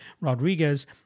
Rodriguez